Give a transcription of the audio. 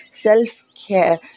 self-care